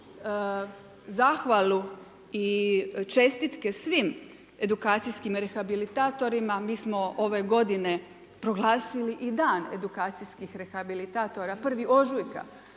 zahvalu i čestitke svim edukacijskim rehabilitatora. Mi smo ove godine proglasili i dan edukacijskih rehabilitatora 1. ožujka,